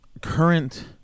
current